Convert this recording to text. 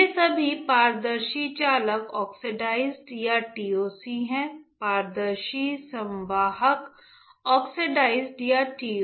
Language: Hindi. ये सभी पारदर्शी चालक ऑक्साइड या TOC हैं पारदर्शी संवाहक ऑक्साइड या TCOs